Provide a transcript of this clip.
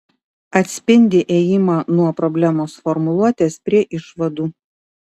atspindi ėjimą nuo problemos formuluotės prie išvadų